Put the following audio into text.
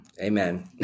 Amen